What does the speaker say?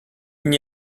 n’y